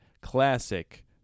classic